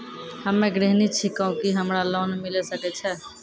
हम्मे गृहिणी छिकौं, की हमरा लोन मिले सकय छै?